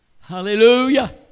Hallelujah